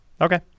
okay